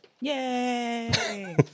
Yay